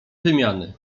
wymiany